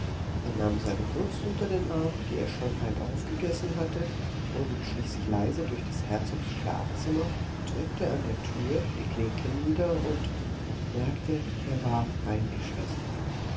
er nahm seine wurst unter den arm die er schon halb aufgegessen hatte und schlich sich leise durch des herzogs schlafzimmer drückte an der tür die klinke nieder und merkte er war eingeschlossen